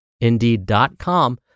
Indeed.com